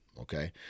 Okay